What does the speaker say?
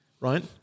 Right